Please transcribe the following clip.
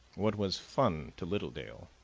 what was fun to littledale,